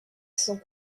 sont